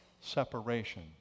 separation